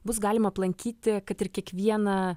bus galima aplankyti kad ir kiekvieną